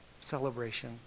celebration